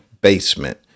basement